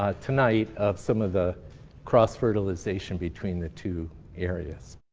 ah tonight, of some of the cross-fertilisation between the two areas.